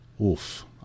oof